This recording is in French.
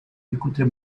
écoutez